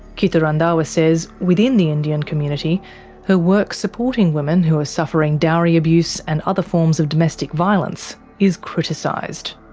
kittu randhawa says within the indian community her work supporting women who are suffering dowry abuse and other forms of domestic violence is criticised.